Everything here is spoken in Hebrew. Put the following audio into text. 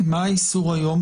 מה האיסור היום?